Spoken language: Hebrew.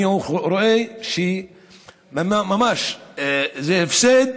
אני רואה שזה אפילו הפסד